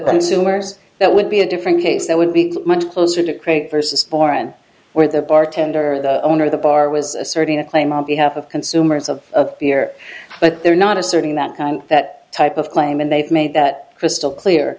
consumers that would be a different case that would be much closer to create versus foreign or the bartender or the owner of the bar was asserting a claim on behalf of consumers of beer but they're not asserting that kind that type of claim and they've made that crystal clear